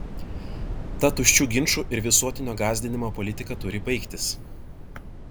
ta tuščių ginčų ir visuotinio gąsdinimo politika turi baigtis